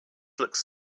looks